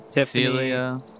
Celia